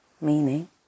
meaning